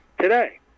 today